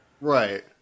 Right